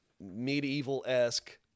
medieval-esque